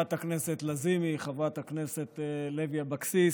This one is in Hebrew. חברת הכנסת לזימי, חברת הכנסת לוי אבקסיס,